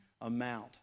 amount